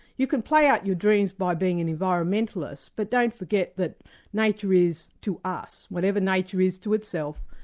you can play out your dreams by being an environmentalist, but don't forget that nature is to us whatever nature is to itself.